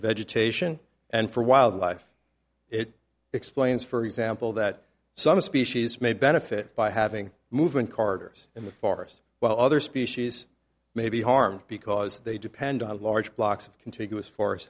vegetation and for wildlife it explains for example that some species may benefit by having movement carders in the forest while other species may be harmed because they depend on large blocks of contiguous for